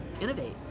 innovate